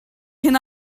can